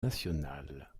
nationale